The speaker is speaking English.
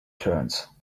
turns